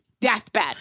deathbed